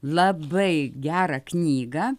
labai gerą knygą